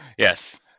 Yes